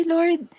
Lord